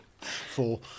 Four